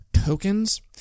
tokens